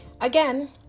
again